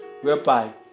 whereby